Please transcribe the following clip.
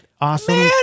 awesome